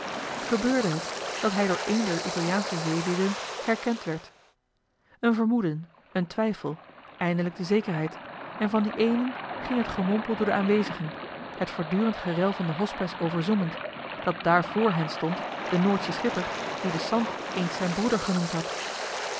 gebeurde het dat hij door een der italiaansche zeelieden herkend werd een vermoeden een twijfel eindelijk de zekerheid en van dien éénen ging het gemompel door de aanwezigen het voortdurend gerel van den hospes overzoemend dat daar voor hen stond de noordsche schipper dien de sant eens zijn broeder genoemd had